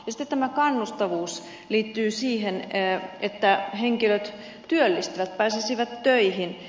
sitten tämä kannustavuus liittyy siihen että henkilöt työllistyisivät pääsisivät töihin